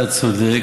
אתה צודק,